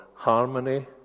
Harmony